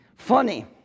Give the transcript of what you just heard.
Funny